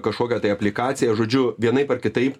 kažkokią tai aplikaciją žodžiu vienaip ar kitaip